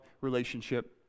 relationship